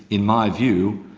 in my view,